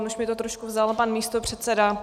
Už mi to trochu vzal pan místopředseda.